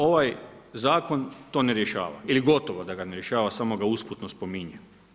Ovaj zakon to ne rješava ili gotovo da ga ne rješava samo ga usputno spominje.